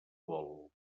vol